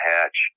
Hatch